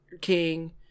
King